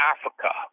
Africa